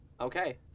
Okay